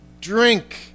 drink